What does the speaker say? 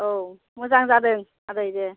औ मोजां जादों आदै दे